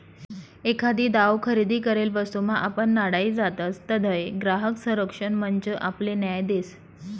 एखादी दाव खरेदी करेल वस्तूमा आपण नाडाई जातसं तधय ग्राहक संरक्षण मंच आपले न्याय देस